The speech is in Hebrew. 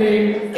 אין לי,